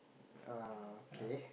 uh okay